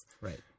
right